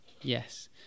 yes